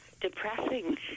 depressing